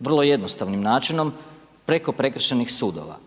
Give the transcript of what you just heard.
vrlo jednostavnim načinom preko prekršajnih sudova.